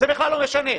זה בכלל לא משנה.